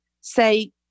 say